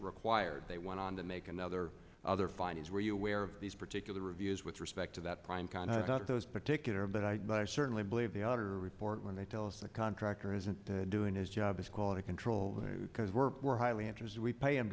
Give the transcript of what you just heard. required they went on to make another other findings were you aware of these particular reviews with respect to that prime kind of out of those particular but i i certainly believe the autor report when they tell us the contractor isn't doing his job as quality control because we're we're highly answers we pay